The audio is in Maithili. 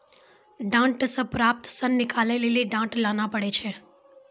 डांट से प्राप्त सन निकालै लेली डांट लाना पड़ै छै